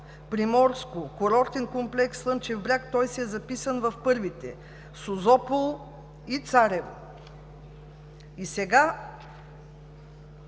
Обзор; курортен комплекс Слънчев бряг – той е записан в първите; Созопол и Царево. И сега